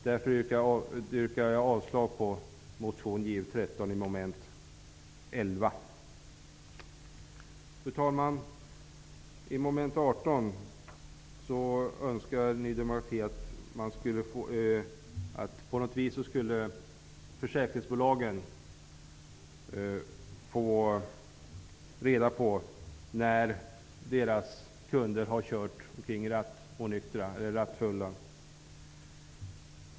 Därför yrkar jag avslag på motion Ju13 Fru talman! Vid mom. 18 önskar Ny demokrati att försäkringsbolagen på något vis skulle få reda på när deras kunder har kört omkring rattonyktra eller rattfulla.